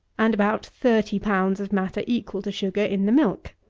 and about thirty pounds of matter equal to sugar in the milk.